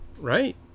Right